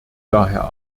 daher